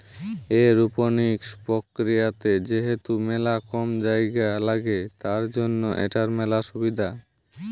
aeroponics প্রক্রিয়াতে যেহেতু মেলা কম জায়গা লাগে, তার জন্য এটার মেলা সুবিধা